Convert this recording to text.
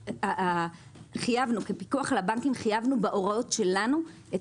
אנחנו חייבנו כפיקוח על הבנקים בהוראות שלנו את